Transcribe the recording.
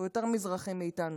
הוא יותר מזרחי מאיתנו,